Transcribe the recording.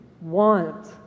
want